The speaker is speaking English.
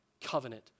covenant